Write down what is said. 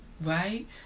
right